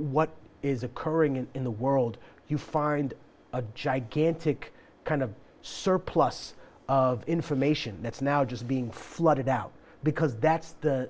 what is occurring in the world you find a gigantic kind of surplus of information that's now just being flooded out because that's the